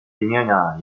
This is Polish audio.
imienia